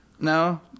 No